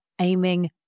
aiming